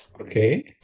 Okay